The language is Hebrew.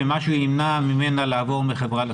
שמשהו ימנע ממנה לעבור מחברה לחברה.